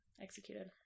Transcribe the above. executed